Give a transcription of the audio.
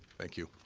thank you.